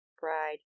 bride